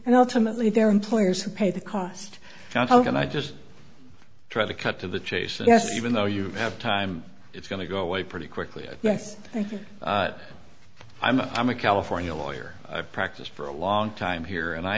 and ultimately their employers and paid the cost how can i just try to cut to the chase yes even though you have time it's going to go away pretty quickly yes thank you i'm a california lawyer i've practiced for a long time here and i